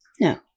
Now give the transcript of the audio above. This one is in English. No